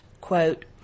Quote